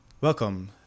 Welcome